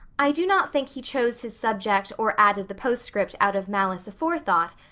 i do not think he chose his subject or added the postscript out of malice aforethought.